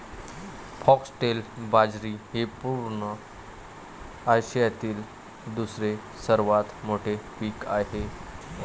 foxtail बाजरी हे पूर्व आशियातील दुसरे सर्वात मोठे पीक आहे